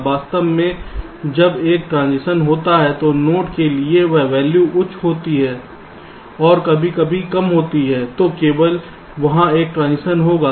वास्तव में जब एक ट्रांजिशन होता है तो नोड कि वह वैल्यू उच्च होती है और कभी कभी कम होतीहै तो केवल वहां एक ट्रांजिशन होगा